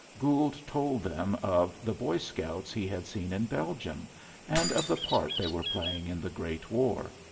gould told them of the boy scouts he had seen in belgium and of the part they were playing in the great war.